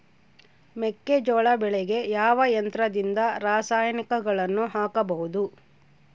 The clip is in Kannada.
ಮೆಕ್ಕೆಜೋಳ ಬೆಳೆಗೆ ಯಾವ ಯಂತ್ರದಿಂದ ರಾಸಾಯನಿಕಗಳನ್ನು ಹಾಕಬಹುದು?